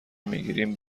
میگیریم